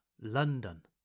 London